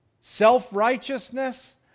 self-righteousness